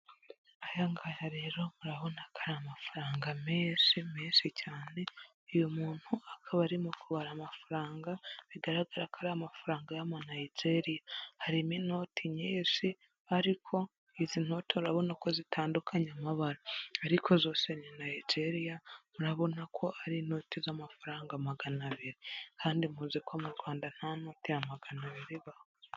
Aya ngaya rero murabona ko ari amafaranga menshi menshi cyane. Uyu muntu akaba arimo kubara amafaranga, bigaragara ko ari amafaranga y'amanayigeriya. Harimo inote nyinshi ariko izi note urabona ko zitandukanye amabara, ariko zose ni nayigeriya, murabona ko ari inoti z'amafaranga magana abiri, kandi muzi ko mu Rwanda nta noti ya magana abiri ibaho.